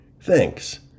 Thanks